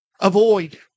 avoid